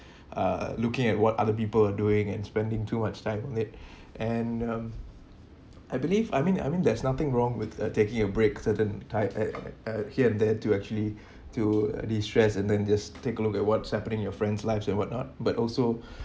uh looking at what other people are doing and spending too much time on it and um I believe I mean I mean there's nothing wrong with uh taking a break certain type at uh here and there to actually to distress and then just take a look at what's happening in your friends' lives and what not but also